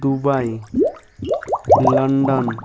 Dubai London